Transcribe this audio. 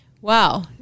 Wow